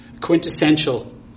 quintessential